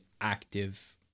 active